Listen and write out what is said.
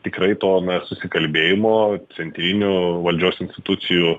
tikrai toną susikalbėjimo centrinių valdžios institucijų